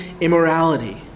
immorality